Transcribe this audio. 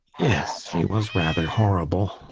yes, she was rather horrible.